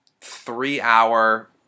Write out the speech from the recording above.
three-hour